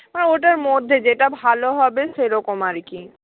ওটার মধ্যে যেটা ভালো হবে সেরকম আর কি